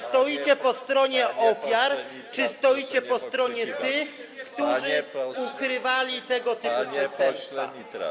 Czy stoicie po stronie ofiar, czy stoicie po stronie tych, którzy ukrywali tego typu przestępstwa?